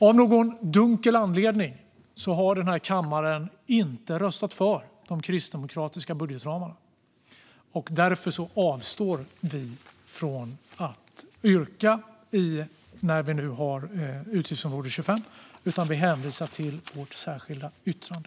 Av någon dunkel anledning har den här kammaren inte röstat för de kristdemokratiska budgetramarna. Därför avstår vi från yrkanden rörande utgiftsområde 25 och hänvisar till vårt särskilda yttrande.